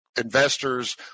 investors